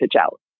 out